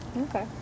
Okay